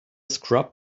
scrub